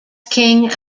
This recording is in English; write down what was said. king